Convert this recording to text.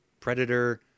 Predator